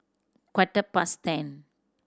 quarter past ten